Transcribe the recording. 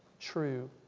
true